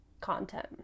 content